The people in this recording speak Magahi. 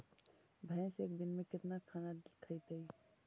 भैंस एक दिन में केतना खाना खैतई?